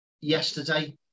yesterday